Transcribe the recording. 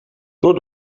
door